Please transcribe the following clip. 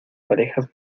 parejas